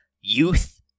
youth